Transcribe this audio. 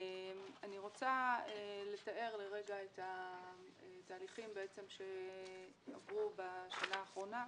אני רוצה לתאר את התהליכים שעברו בשנה האחרונה.